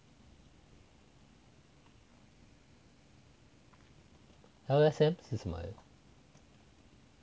L_S_M 是什么来的